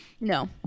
No